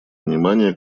внимание